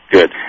Good